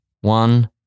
one